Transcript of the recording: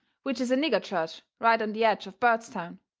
which is a nigger church right on the edge of bairdstown,